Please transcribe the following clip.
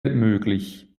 möglich